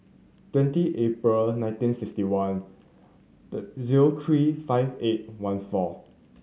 twenty April nineteen sixty one zero three five eight one four